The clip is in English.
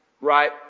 right